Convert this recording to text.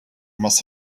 must